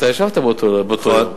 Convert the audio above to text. אתה ישבת באותו, נכון.